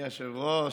אדוני היושב-ראש,